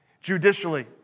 judicially